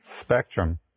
spectrum